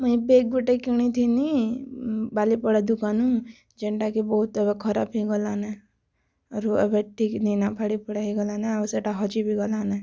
ମୁଁ ଏବେ ଗୋଟେ କିଣିଥିନୀ ବାଲିପଡ଼ା ଦୋକାନୁ ଯେନଟା କି ବହୁତ୍ ଏବେ ଖରାପ୍ ହେଇଗଲାନେ ରୁହ ଏବେ ଠିକ୍ ନାହିଁ ନା ଗଲାନେ ଆଉ ସେଟା ହଜି ବି ଗଲାନେ